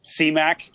CMAC